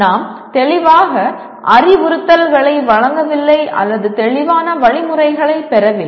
நாம் தெளிவாக அறிவுறுத்தல்களை வழங்கவில்லை அல்லது தெளிவான வழிமுறைகளைப் பெறவில்லை